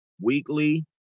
weekly